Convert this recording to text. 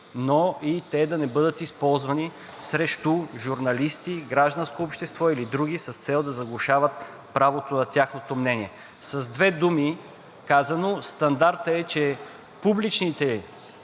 но и те да не бъдат използвани срещу журналисти, гражданско общество или други с цел да заглушава правото на тяхното мнение. С две думи казано, стандартът е, че публичните